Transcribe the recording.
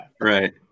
right